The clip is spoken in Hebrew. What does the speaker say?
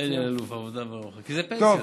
אלי אלאלוף, עבודה ורווחה, כי זה פנסיה.